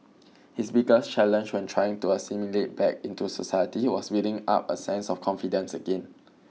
his biggest challenge when trying to assimilate back into society was building up a sense of confidence again